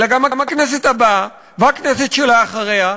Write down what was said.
אלא גם הכנסת הבאה והכנסת שלאחריה,